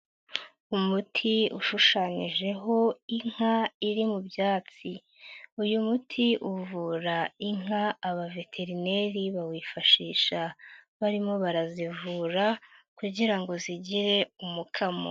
Umuti ushushanyijeho inka iri mu byatsi, uyu muti uvura inka abaveterineri bawifashisha barimo barazivura kugira ngo zigire umukamo.